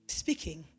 speaking